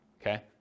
okay